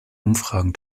umfragen